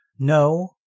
No